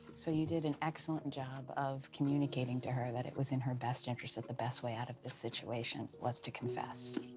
so you did an excellent job of communicating to her that it was in her best interest, that the best way out of this situation was to confess.